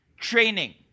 training